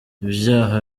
ibyaha